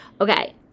Okay